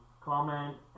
comment